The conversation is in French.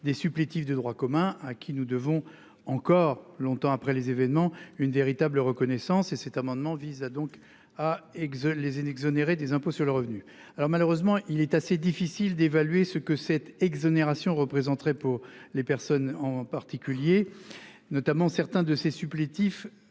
des supplétifs de droit commun à qui nous devons encore longtemps après les événements. Une véritable reconnaissance et cet amendement vise à donc à exode les inexorable des impôts sur le revenu. Alors malheureusement, il est assez difficile d'évaluer ce que cette exonération représenterait pour les personnes en particulier notamment certains de ces supplétifs